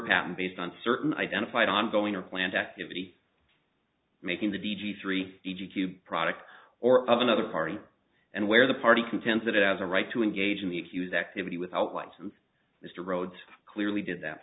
patent based on certain identified ongoing or planned activity making the d g three e g q product or of another party and where the party contends that it has a right to engage in the accused activity without license mr rhodes clearly did that